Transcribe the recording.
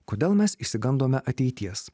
kodėl mes išsigandome ateities